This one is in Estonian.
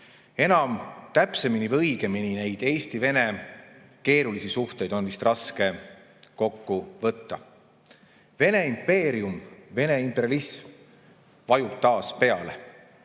Veel täpsemini või õigemini oleks neid Eesti-Vene keerulisi suhteid vist raske kokku võtta. Vene impeerium, Vene imperialism vajub taas peale,